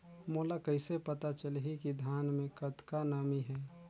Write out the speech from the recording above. मोला कइसे पता चलही की धान मे कतका नमी हे?